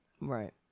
Right